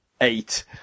eight